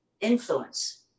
influence